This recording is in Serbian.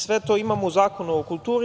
Sve to imamo u Zakonu o kulturi.